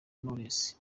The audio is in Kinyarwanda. knowless